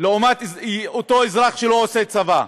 לעומת אותו אזרח שלא עושה צבא.